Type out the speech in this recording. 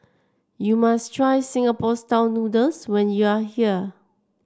you must try Singapore style noodles when you are here